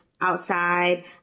outside